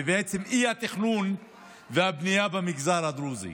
בעצם אי-תכנון ובנייה במגזר הדרוזי.